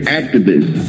activist